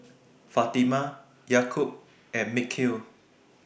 Fatimah Yaakob and Mikhail